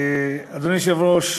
אדוני היושב-ראש,